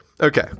Okay